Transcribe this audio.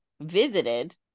visited